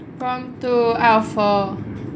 prompt two out of four